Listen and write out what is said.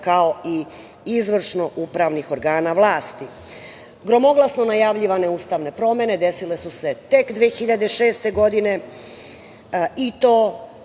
kao i izvršno-upravih organa vlasti. Gromoglasno najavljivane ustavne promene desile su tek 2006. godine, i to